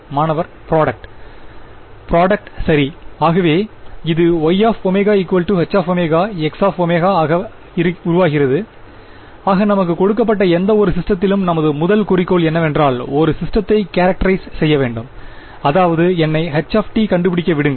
மாணவர் product product சரி ஆகவே இது Y ω HωXω ஆக உருவாகிறது ஆக நமக்கு கொடுக்கப்பட்ட எந்த ஒரு சிஸ்டத்திலும் நமது முதல் குறிக்கோள் என்னவென்றால் ஒரு சிஸ்டத்தை கேரக்டரைஸ் செய்ய வேண்டும் அதாவது என்னை h கண்டுபிடிக்க விடுங்கள்